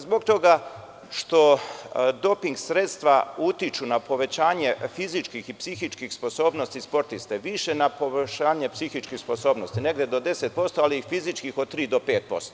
Zbog toga što doping sredstva utiču na povećanje fizičkih i psihičkih sposobnosti sportista, više na pogoršanje psihičkih sposobnosti, negde do 10%, ali i fizičkih od 3 do 5%